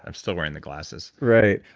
um still wearing the glasses. right.